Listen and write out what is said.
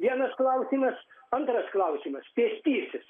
vienas klausimas antras klausimas pėstysis